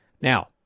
Now